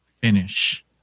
finish